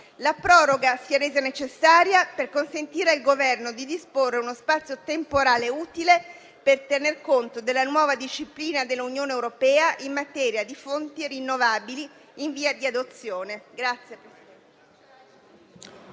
La proroga si è resa necessaria per consentire al Governo di disporre uno spazio temporale utile per tener conto della nuova disciplina dell'Unione europea in materia di fonti rinnovabili in via di adozione.